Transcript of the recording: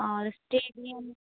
और स्टेडियम